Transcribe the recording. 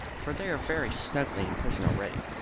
for they are very snugly in prison already.